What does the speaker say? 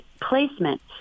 placement